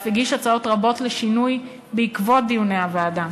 ואף הגיש הצעות רבות לשינויים בעקבות דיוני הוועדה.